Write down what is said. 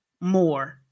more